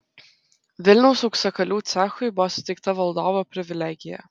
vilniaus auksakalių cechui buvo suteikta valdovo privilegija